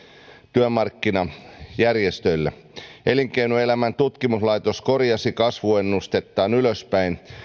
työmarkkinajärjestöille elinkeinoelämän tutkimuslaitos korjasi kasvuennustustaan ylöspäin